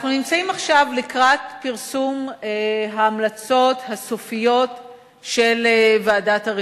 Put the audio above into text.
אנחנו נמצאים עכשיו לקראת פרסום ההמלצות הסופיות של ועדת הריכוזיות.